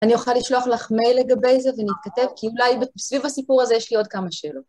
אני אוכל לשלוח לך מייל לגבי זה ונתכתב? כי אולי סביב הסיפור הזה יש לי עוד כמה שאלות.